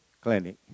Clinic